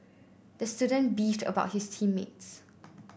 the student beefed about his team mates